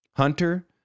Hunter